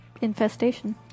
infestation